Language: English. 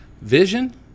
Vision